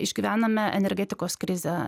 išgyvename energetikos krizę